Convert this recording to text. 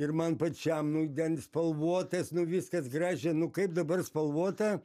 ir man pačiam nu ten spalvotas nu viskas gražia nu kaip dabar spalvota